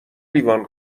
لیوان